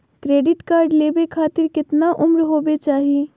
Credit card लेवे खातीर कतना उम्र होवे चाही?